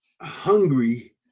hungry